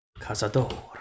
Cazador